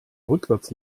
rückwärts